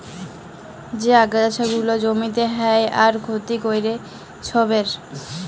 যে আগাছা গুলা জমিতে হ্যয় আর ক্ষতি ক্যরে ছবের